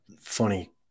funny